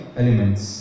elements